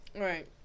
Right